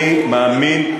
אני מאמין,